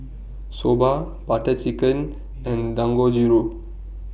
Soba Butter Chicken and Dangojiru